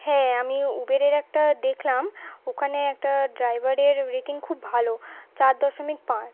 হ্যাঁ আমি উবরের একটা দেখলাম ওখানে একটা ড্রাইভারের রেটিং খুব ভালো চার দশমিক পাঁচ